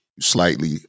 slightly